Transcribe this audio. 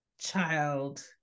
child